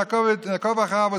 לעקוב אחריו,